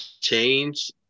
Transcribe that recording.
change